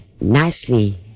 nicely